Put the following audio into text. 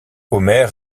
homer